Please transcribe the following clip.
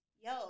Yo